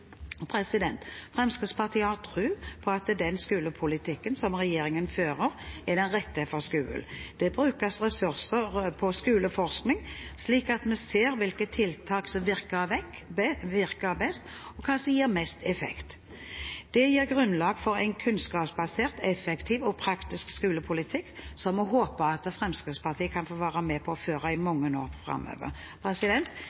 Fremskrittspartiet har tro på at den skolepolitikken som regjeringen fører, er den rette for skolen. Det brukes ressurser på skoleforskning, slik at vi ser hvilke tiltak som virker best, og hva som gir mest effekt. Det gir grunnlag for en kunnskapsbasert, effektiv og praktisk skolepolitikk, som vi håper Fremskrittspartiet kan få være med på å føre i